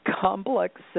complex